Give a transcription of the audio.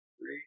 three